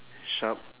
and sharp